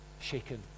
shaken